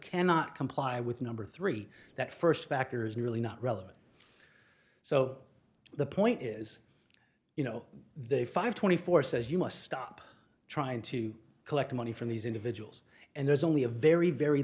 cannot comply with number three that first factors are really not relevant so the point is you know they five twenty four says you must stop trying to collect money from these individuals and there's only a very very